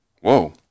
whoa